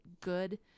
good